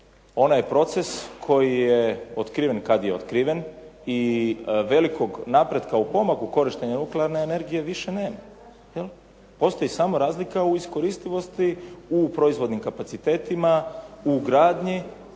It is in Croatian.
Ona je proces koji je otkriven kad je otkriven i velikog napretka u pomaku korištenja nuklearne energije više nema. Postoji samo razlika u iskoristivosti u proizvodnim kapacitetima, u gradnji.